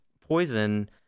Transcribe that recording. Poison